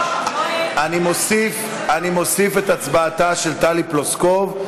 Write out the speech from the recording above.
אני מוסיף את הצבעתה של טלי פלוסקוב,